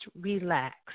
relax